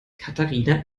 katharina